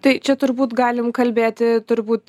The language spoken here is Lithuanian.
tai čia turbūt galim kalbėti turbūt